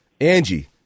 Angie